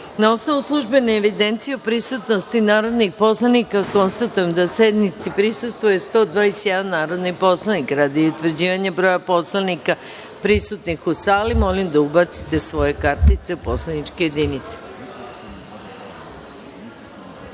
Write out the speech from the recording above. osnovu službene evidencije o prisutnosti narodnih poslanika, konstatujem da sednici prisustvuje 121 narodni poslanik. Radi utvrđivanja broja narodnih poslanika prisutnih u sali, molim da ubacite svoje kartice u poslaničke